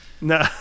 No